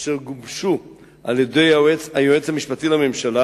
אשר גובשו על-ידי היועץ המשפטי לממשלה